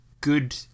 good